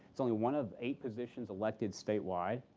it's only one of eight positions elected statewide.